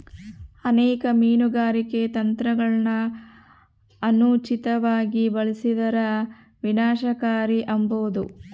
ಅನೇಕ ಮೀನುಗಾರಿಕೆ ತಂತ್ರಗುಳನ ಅನುಚಿತವಾಗಿ ಬಳಸಿದರ ವಿನಾಶಕಾರಿ ಆಬೋದು